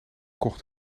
kocht